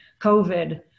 covid